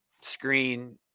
screen